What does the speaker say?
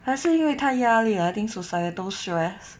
还是因为太压力了 I think societal stress